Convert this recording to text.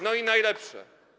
No i najlepsze.